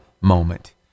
moment